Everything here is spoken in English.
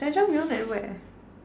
jajameyon at where